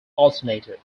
alternator